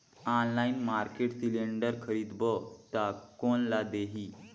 Online market cylinder खरीदबो ता कोन ला देही?